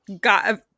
Got